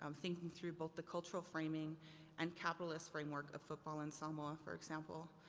um thinking through both the cultural framing and capitalist framework of football in samoa for example.